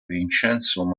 vincenzo